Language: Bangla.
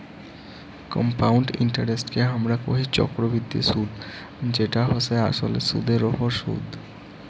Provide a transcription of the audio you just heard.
কম্পাউন্ড ইন্টারেস্টকে হামরা কোহি চক্রবৃদ্ধি সুদ যেটা হসে আসলে সুদের ওপর সুদ